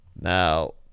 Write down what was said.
Now